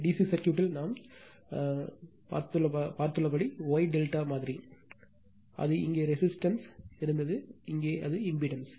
C சர்க்யூட்டில் நாம் காட்டிய Y ∆ மாதிரி அது இங்கே ரெசிஸ்டன்ஸ் இருந்தது இங்கே அது இம்பிடன்ஸ்